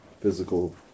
physical